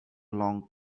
long